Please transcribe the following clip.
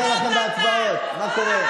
53 פלוס, מזל שאנחנו פה.